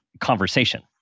conversation